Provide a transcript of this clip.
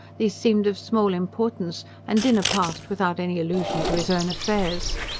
these seemed of small importance and dinner passed without any allusion to his own affairs.